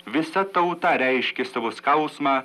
visa tauta reiškė savo skausmą